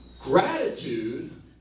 Gratitude